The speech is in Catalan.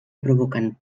provoquen